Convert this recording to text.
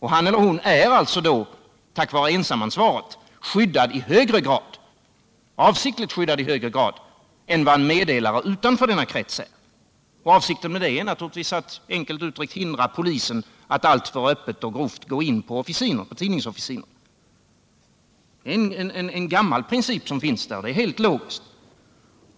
Han eller hon blir alltså tack vare bestämmelsen om ensamansvaret avsiktligt skyddad i högre grad än vad en meddelare utanför denna krets blir. Avsikten är naturligtvis, enkelt uttryckt, att hindra polisen att alltför öppet och grovt gå in på tidnings officiner. Det här är en gammal princip, och den är helt logisk.